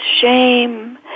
shame